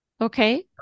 Okay